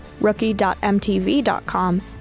rookie.mtv.com